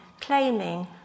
claiming